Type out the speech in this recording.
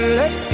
let